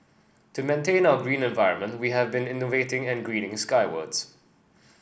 to maintain our green environment we have been innovating and greening skywards